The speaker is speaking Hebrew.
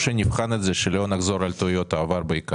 שנבחן את זה ושלא נחזור על טעויות העבר.